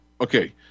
Okay